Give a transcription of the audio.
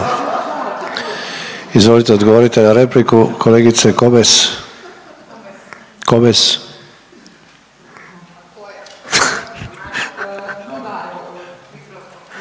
Izvolite odgovorit na repliku kolegice Komes. **Komes,